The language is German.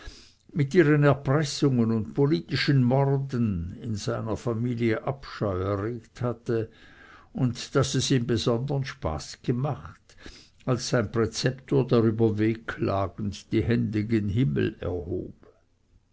mit ihren erpressungen und politischen morden in seiner familie abscheu erregt hatte und daß es ihm besondern spaß gemacht als sein präzeptor darüber wehklagend die hände gen himmel erhob